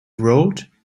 wrote